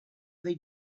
they